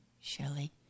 Shelly